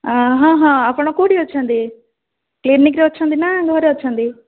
ହଁ ହଁ ଆପଣ କେଉଁଠି ଅଛନ୍ତି କ୍ଲିନିକ୍ରେ ଅଛନ୍ତି ନା ଘରେ ଅଛନ୍ତି